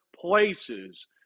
places